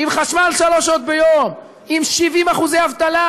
עם חשמל שלוש שעות ביום, עם 70% אבטלה,